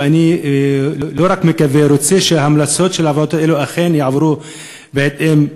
ואני לא רק מקווה אלא רוצה שההמלצות של הוועדות האלה אכן יעברו לממשלה,